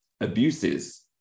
abuses